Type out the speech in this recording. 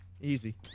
easy